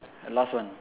last one